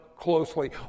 closely